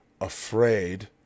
afraid